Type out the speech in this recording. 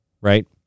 Right